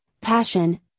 passion